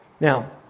Now